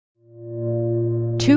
Two